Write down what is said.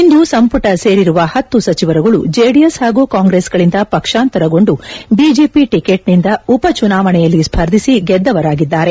ಇಂದು ಸಂಪುಟ ಸೇರಿರುವ ಹತ್ತು ಸಚಿವರುಗಳು ಜೆಡಿಎಸ್ ಹಾಗೂ ಕಾಂಗ್ರೆಸ್ಗಳಿಂದ ಪಕ್ಷಾಂತರಗೊಂಡು ಬಿಜೆಪಿ ಟಿಕೆಟ್ನಿಂದ ಉಪಚುನಾವಣೆಯಲ್ಲಿ ಸ್ವರ್ಧಿಸಿ ಗೆದ್ದವರಾಗಿದ್ದಾರೆ